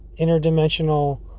interdimensional